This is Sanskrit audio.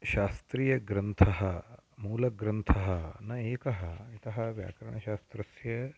शास्त्रीयग्रन्थः मूलग्रन्थः न एकः इति व्याकरणशास्त्रस्य